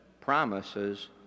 promises